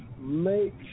make